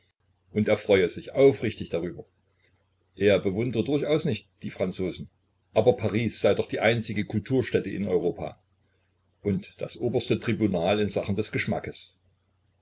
und er freue sich aufrichtig darüber er bewundere durchaus nicht die franzosen aber paris sei doch die einzige kulturstätte in europa und das oberste tribunal in sachen des geschmackes